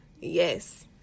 Yes